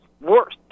Worse